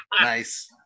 Nice